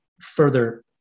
further